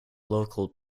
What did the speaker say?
local